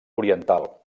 oriental